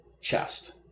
chest